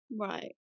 Right